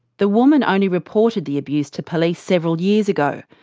the woman only reported the abuse to police several years ago.